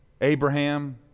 Abraham